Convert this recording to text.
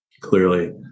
clearly